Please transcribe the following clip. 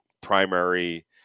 primary